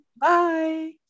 Bye